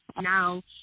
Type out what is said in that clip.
Now